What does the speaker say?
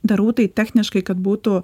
darau tai techniškai kad būtų